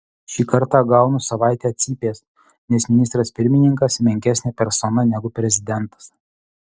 šį kartą gaunu savaitę cypės nes ministras pirmininkas menkesnė persona negu prezidentas